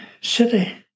city